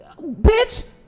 bitch